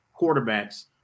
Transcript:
quarterbacks